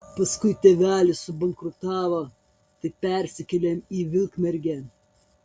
paskui tėvelis subankrutavo tai persikėlėm į vilkmergę